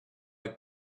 have